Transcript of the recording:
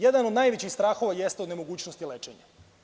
Jedan od najvećih strahova jeste od nemogućnosti lečenja.